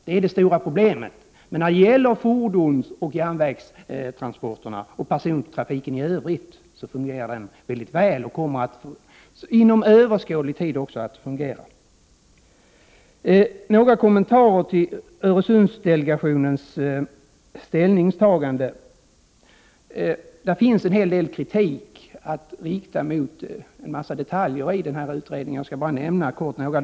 Det är det stora problemet. Men när det gäller fordonsoch järnvägstransporterna och persontrafiken i övrigt fungerar detta väl och kommer inom överskådlig tid att fungera. Jag har även några kommentarer angående Öresundsdelegationens ställningstagande. Det finns en hel del kritik att rikta mot en del detaljer i utredningen. Jag skall kort nämna några punkter.